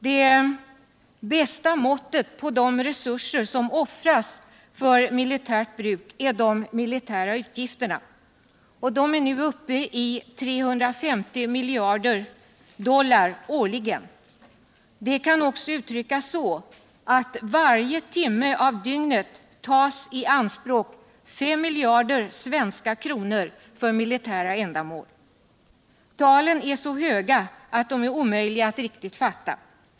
Det bästa måttet på de resurser som offras för militärt bruk är de militära utgifterna. De är nu uppe I 350 miljarder dollar årligen. Det kan också uttryckas så att varje timme av dygnet tas 5 miljarder svenska kronor i anspråk för militära ändamål. Talen är så höga att de är omöjliga att riktigt fatta.